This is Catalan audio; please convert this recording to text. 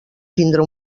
tindre